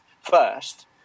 first